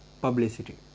publicity